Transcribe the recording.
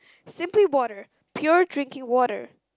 simply water pure drinking water